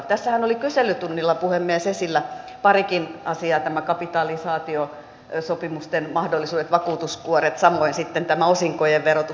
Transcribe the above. tässähän oli kyselytunnilla puhemies esillä parikin asiaa kapitalisaatiosopimusten mahdollisuudet vakuutuskuoret samoin sitten tämä osinkojen verotus